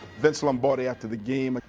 vince lombardi, after the game, ah